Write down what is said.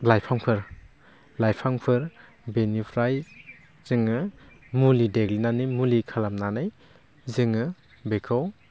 लाइफांफोर लाइफांफोर बेनिफ्राय जोङो मुलि देग्लिनानै मुलि खालामनानै जोङो बेखौ